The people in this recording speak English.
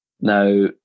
Now